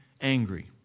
angry